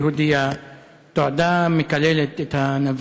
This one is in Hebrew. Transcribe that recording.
ההודעה של יושב-ראש ועדת הכנסת נתקבלה.